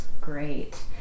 Great